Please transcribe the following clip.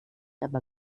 aber